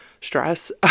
stress